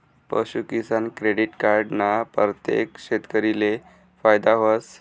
पशूकिसान credit card ना परतेक शेतकरीले फायदा व्हस